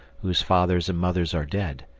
whose fathers and mothers are dead,